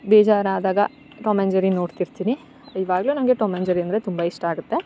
ಬೇಜಾರಾದಾಗ Tom and Jerry ನೋಡ್ತಿರ್ತೀನಿ ಇವಾಗ್ಲೂ ನನಗೆ ಟಾಮ್ ಆಂಡ್ ಜೆರಿ ಅಂದರೆ ತುಂಬ ಇಷ್ಟ ಆಗುತ್ತೆ